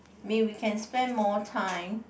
me we can spend more time